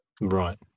right